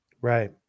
Right